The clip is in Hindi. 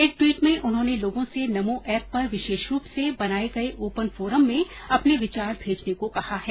एक ट्वीट में उन्होंने लोगों से नमो एप पर विशेष रूप से बनाये गए ओपन फोरम में अपने विचार भेजने को कहा है